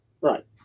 Right